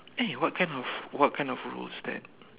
eh what kind of what kind of rules then